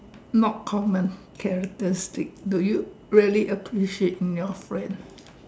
not common characteristic do you really appreciate in your friends